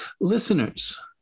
Listeners